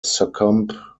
succumb